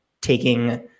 taking